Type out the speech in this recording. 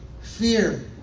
fear